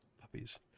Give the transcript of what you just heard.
Puppies